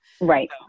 Right